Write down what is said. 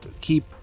keep